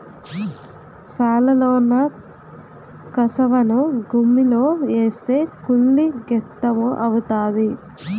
సాలలోన కసవను గుమ్మిలో ఏస్తే కుళ్ళి గెత్తెము అవుతాది